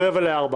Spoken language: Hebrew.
אלימות במשפחה (תיקון - התחייבות לקבלת טיפול),